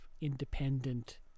independent